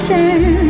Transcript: Turn